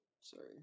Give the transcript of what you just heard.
Sorry